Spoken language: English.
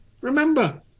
Remember